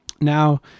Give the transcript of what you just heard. Now